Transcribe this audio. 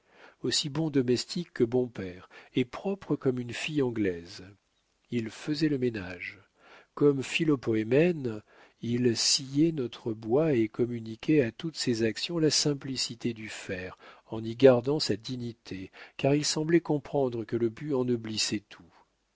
aussi bon domestique que bon père et propre comme une fille anglaise il faisait le ménage comme philopémen il sciait notre bois et communiquait à toutes ses actions la simplicité du faire en y gardant sa dignité car il semblait comprendre que le but ennoblissait tout